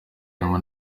barimo